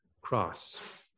cross